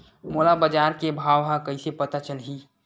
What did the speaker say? मोला बजार के भाव ह कइसे पता चलही?